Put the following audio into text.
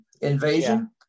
Invasion